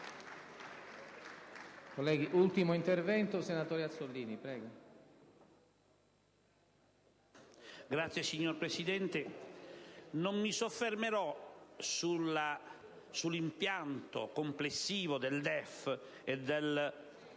*(PdL)*. Signor Presidente, non mi soffermerò sull'impianto complessivo del DEF e del